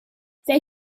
they